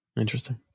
Interesting